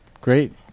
Great